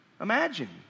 imagine